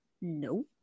No